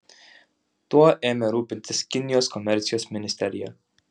tuo ėmė rūpintis kinijos komercijos ministerija